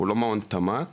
הוא לא מעון תמ"ת,